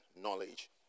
knowledge